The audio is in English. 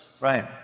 Right